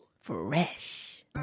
Fresh